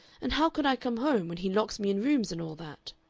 and how could i come home when he locks me in rooms and all that?